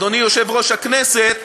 אדוני יושב-ראש הכנסת,